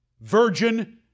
virgin